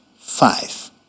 five